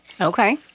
Okay